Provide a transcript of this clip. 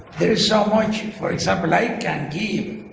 there is so much, and for example, i can give